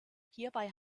hierbei